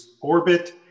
orbit